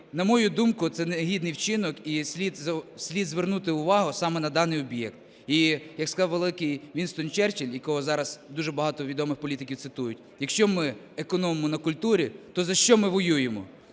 на мою думку, це негідний вчинок, і слід звернути увагу саме на даний об'єкт, і, як сказав великий Вінстон Черчилль, якого зараз дуже багато відомих політиків цитують: якщо ми економимо на культурі, то за що ми воюємо?